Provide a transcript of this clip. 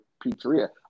pizzeria